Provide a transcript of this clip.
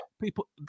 people